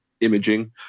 imaging